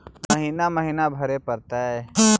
महिना महिना भरे परतैय?